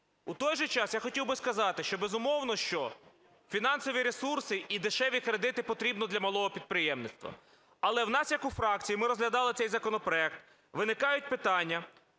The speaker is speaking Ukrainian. У той же час, я хотів би сказати, що, безумовно, що фінансові ресурси і дешеві кредити потрібні для малого підприємництва, але в нас як у фракції, ми розглядали цей законопроект, виникають питання